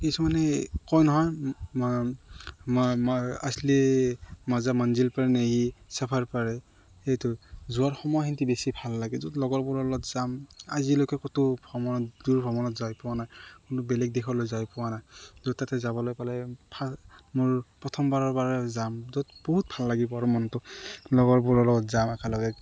কিছুমানে কয় নহয় মই মই মোৰ আছ্লি মাজা মঞ্জিল পৰ নেহি চফৰ পৰ হেই সেইটো যোৱাৰ সময়খিনি বেছি ভাল লাগে য'ত লগৰবোৰৰ লগত যাম আজিলৈকে ক'তো ভ্ৰমণত দূৰ ভ্ৰমণত যাই পোৱা নাই কোনো বেলেগ দেশলৈ যাই পোৱা নাই য'ত তাতে যাবলৈ পালে ভাল মোৰ প্ৰথমবাৰৰ বাৰে যাম য'ত বহুত ভাল লাগিব আৰু মনটো লগৰবোৰৰ লগত যাম একেলগে